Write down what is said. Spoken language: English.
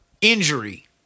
injury